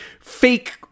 fake